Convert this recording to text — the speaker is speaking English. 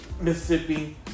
Mississippi